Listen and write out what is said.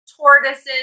tortoises